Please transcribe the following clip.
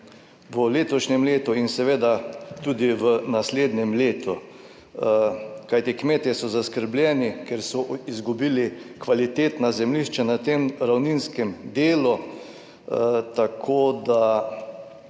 v letošnjem letu in seveda tudi v naslednjem letu. Kajti kmetje so zaskrbljeni, ker so izgubili kvalitetna zemljišča na tem ravninskem delu. Tako da